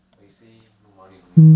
orh you say no money or something like that